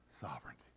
sovereignty